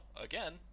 again